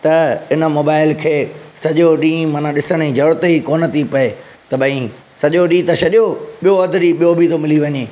त इन मोबाइल खे सॼो ॾींहुं माना ॾिसणु ई ज़रूरत ई कोन्ह थी पए त भाई सॼो ॾींहुं त छॾियो ॿियो अधु ॾींहुं ॿियो बि त मिली वञे